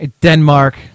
Denmark